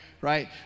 right